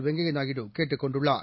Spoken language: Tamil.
வெங்கையநாயுடுகேட்டுக் கொண்டுள்ளார்